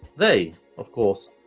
they, of course,